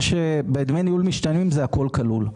בדמי ניהול משתנים, הכול כלול.